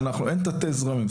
אין תתי זרמים,